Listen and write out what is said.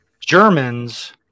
Germans